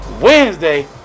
Wednesday